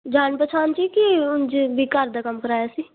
ਜਾਣ ਪਛਾਣ ਜੀ ਕਿ ਵੀ ਉਂਝ ਘਰ ਦਾ ਕੰਮ ਕਰਾਇਆ ਸੀ